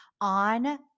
on